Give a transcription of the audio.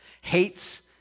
hates